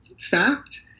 fact